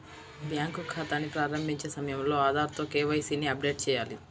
bank ఖాతాని ప్రారంభించే సమయంలో ఆధార్ తో కే.వై.సీ ని అప్డేట్ చేయాలి